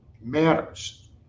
matters